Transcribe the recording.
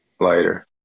later